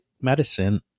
medicine